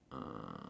uh